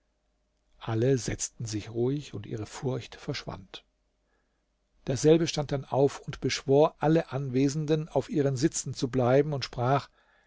alle setzten sich ruhig und ihre furcht verschwand derselbe stand dann auf und beschwor alle anwesenden auf ihren sitzen zu bleiben und sprach